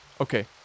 okay